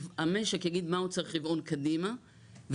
המשק יגיד מה הוא צריך רבעון קדימה ובקצב